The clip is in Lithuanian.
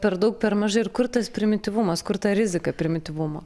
per daug per mažai ir kur tas primityvumas kur ta rizika primityvumo